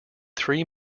three